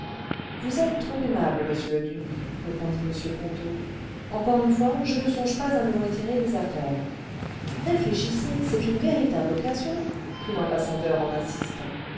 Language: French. vous êtes trop aimable monsieur le duc répondit m ponto encore une fois je ne songe pas à me retirer des affaires réfléchissez c'est une véritable occasion fit l'ambassadeur en insistant